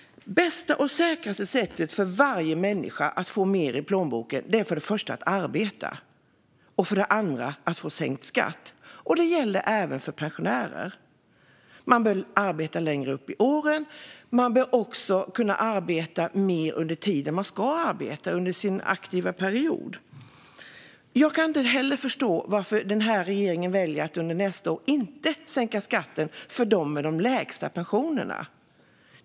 Det bästa och säkraste sättet för varje människa att få mer i plånboken är för det första att arbeta och för det andra att få sänkt skatt. Det gäller även för pensionärer. Man bör arbeta längre upp i åren. Man bör också kunna arbeta mer under tiden man ska arbeta, under sin aktiva period. Jag kan inte heller förstå varför regeringen väljer att under nästa år inte sänka skatten för dem med de lägsta pensionerna.